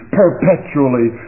perpetually